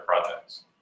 projects